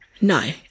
No